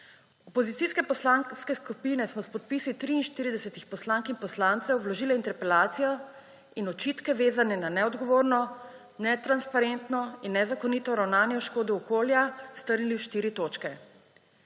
Opozicijske poslanske skupine smo s podpisi 43 poslank in poslancev vložile interpelacijo in očitke, vezane na neodgovorno, netransparentno in nezakonito ravnanje v škodo okolja, strnili v štiri točke.